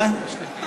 מה?